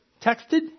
Texted